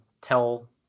tell